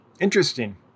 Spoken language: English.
interesting